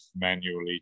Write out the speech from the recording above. manually